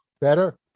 better